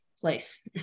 place